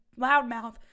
loudmouth